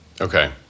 Okay